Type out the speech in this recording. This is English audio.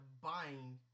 buying